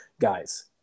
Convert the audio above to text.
guys